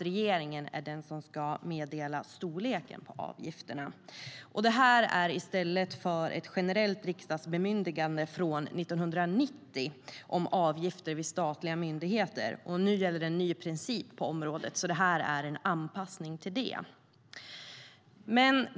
Regeringen ska meddela storleken på avgifterna. Det här är i stället för ett generellt riksdagsbemyndigande från 1990 om avgifter vid statliga myndigheter. Nu gäller det en ny princip på området. Det här är en anpassning till den.